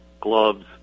gloves